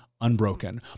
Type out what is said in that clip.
Unbroken